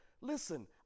listen